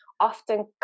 often